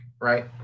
right